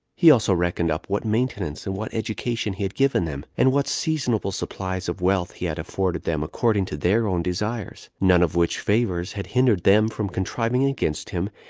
he also reckoned up what maintenance and what education he had given them and what seasonable supplies of wealth he had afforded them, according to their own desires none of which favors had hindered them from contriving against him,